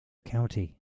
county